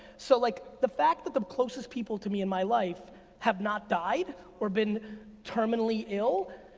so, like the fact that the closest people to me in my life have not died or been terminally ill,